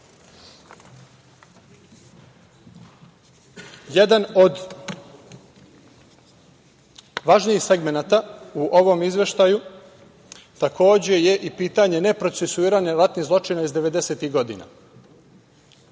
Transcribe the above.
od važnijih segmenata u ovom izveštaju takođe je i pitanje neprocesuiranih ratnih zločina iz 90-ih godina